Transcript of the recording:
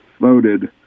voted